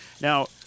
Now